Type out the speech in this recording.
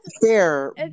fair